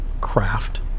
craft